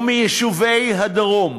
ומיישובי הדרום,